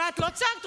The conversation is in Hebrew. אבל את לא צעקת.